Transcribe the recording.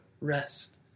rest